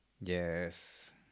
Yes